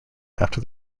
after